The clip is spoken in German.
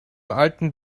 alten